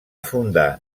fundar